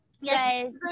Yes